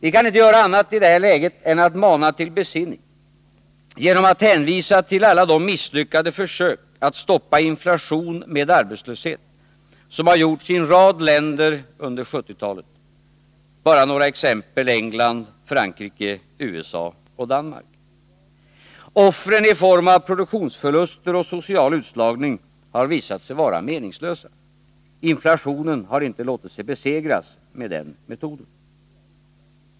Vi kan inte göra annat i det här läget än att mana till besinning genom att hänvisa till alla de misslyckade försök att stoppa inflation med arbetslöshet som har gjorts i en rad länder under 1970-talet — bara några exempel: England, Nr 29 Frankrike, USA, Danmark. Offren i form av produktionsförluster och social Torsdagen den utslagning har visat sig vara meningslösa — inflationen har inte låtit sig 20 november 1980 besegras med den metoden.